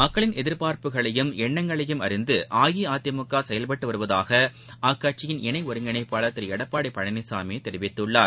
மக்களின் எதிர்பார்ப்புகளையும் எண்ணங்களையும் அறிந்து அஇஅதிமுக செயல்பட்டு வருவதாக அக்கட்சியின் இணை ஒருங்கிணைப்பாளர் திரு எடப்பாடி பழனிசாமி தெரிவித்துள்ளார்